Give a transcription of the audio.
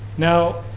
now,